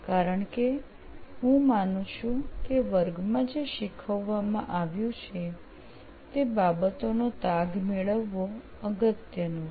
કારણ કે હું માનું છું કે વર્ગમાં જે શીખવવામાં આવ્યું છે તે બાબતોનો તાગ મેળવવો અગત્યનું છે